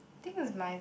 think is my